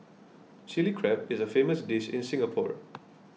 Chilli Crab is a famous dish in Singapore